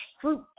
fruit